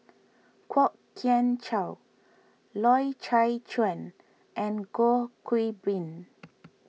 Kwok Kian Chow Loy Chye Chuan and Goh Qiu Bin